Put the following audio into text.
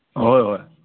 ꯍꯣꯏ ꯍꯣꯏ